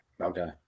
Okay